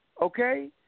okay